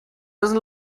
müssen